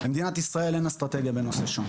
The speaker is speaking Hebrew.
למדינת ישראל אין אסטרטגיה ונחישות.